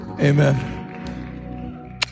Amen